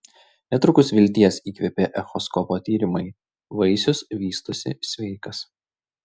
netrukus vilties įkvėpė echoskopo tyrimai vaisius vystosi sveikas